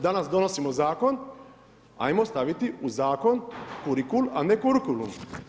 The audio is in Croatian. Danas donosimo zakon, ajmo staviti u zakon kurikul, a ne kurikulum.